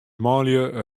manlju